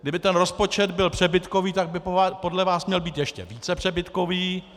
Kdyby ten rozpočet byl přebytkový, tak by podle vás měl být ještě více přebytkový.